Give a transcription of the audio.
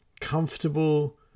comfortable